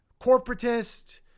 corporatist